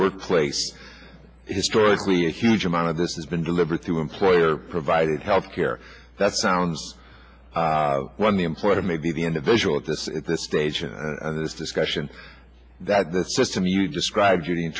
workplace historically a huge amount of this has been delivered to employer provided health care that sounds when the important maybe the individual at this stage in this discussion that the system you describe judy in